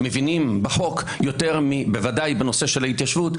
מבינים בחוק בנושא ההתיישבות,